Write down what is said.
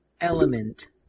element